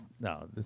no